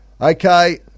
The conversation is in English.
Okay